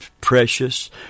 precious